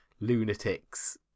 lunatic's